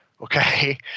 Okay